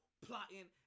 plotting